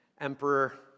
emperor